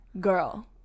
girl